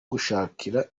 gushakira